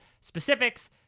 specifics